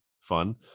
fun